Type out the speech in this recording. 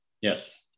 Yes